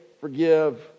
forgive